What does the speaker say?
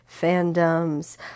fandoms